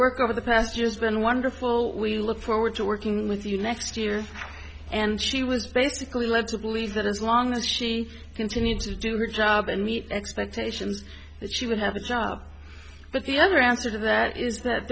work over the past just been wonderful we look forward to working with you next year and she was basically led to believe that as long as she continued to do her job and meet expectations that she would have a job but the other answer to that is that